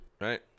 right